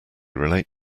relate